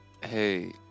Hey